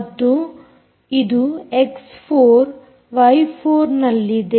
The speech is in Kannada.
ಮತ್ತು ಇದು ಎಕ್ಸ್ 4 ವೈ4ನಲ್ಲಿದೆ